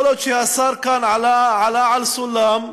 יכול להיות שהשר עלה כאן על סולם,